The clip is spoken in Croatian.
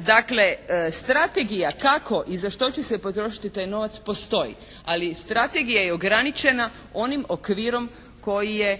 Dakle strategija kako i za što će se potrošiti taj novac postoji, ali strategija je ograničena onim okvirom koji je